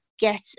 get